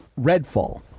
Redfall